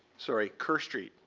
sorry, kerr street.